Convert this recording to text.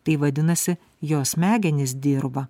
tai vadinasi jo smegenys dirba